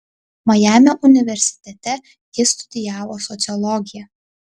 majamio universitete ji studijavo sociologiją